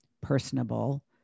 personable